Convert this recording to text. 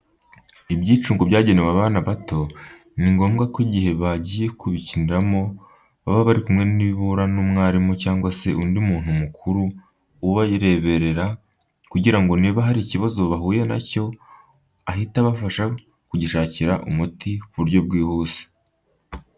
Ibyicungo byagenewe abana bato, ni ngombwa ko igihe bagiye kubikiniramo, baba bari kumwe nibura n'umwarimu cyangwa se undi muntu mukuru ubareberera kugira ngo niba hari ikibazo bahuye na cyo ahite abafasha kugishakira umuti ku buryo bwihuse.